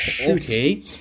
okay